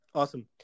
awesome